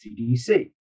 CDC